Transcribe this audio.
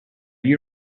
you